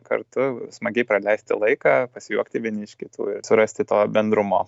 kartu smagiai praleisti laiką pasijuokti vieni iš kitų ir surasti to bendrumo